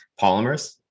polymers